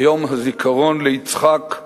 ביום הזיכרון ליצחק,